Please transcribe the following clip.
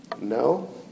No